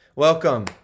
Welcome